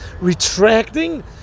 retracting